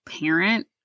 parent